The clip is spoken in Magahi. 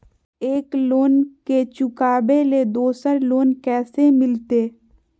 एक लोन के चुकाबे ले दोसर लोन कैसे मिलते?